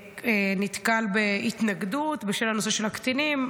הוא נתקל בהתנגדות בשל הנושא של הקטינים.